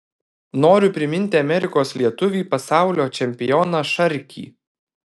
noriu priminti amerikos lietuvį pasaulio čempioną šarkį